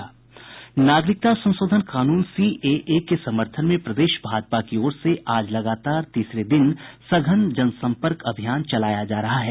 नागरिकता संशोधन कानून सीएए के समर्थन में प्रदेश भाजपा की ओर से आज लगातार तीसरे दिन सघन जनसंपर्क अभियान चलाया जा रहा है